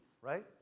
right